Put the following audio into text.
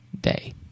day